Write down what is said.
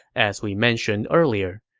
as we mentioned earlier.